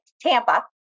Tampa